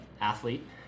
athlete